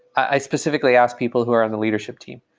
i specifically ask people who are in the leadership team.